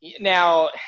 now –